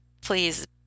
please